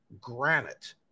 granite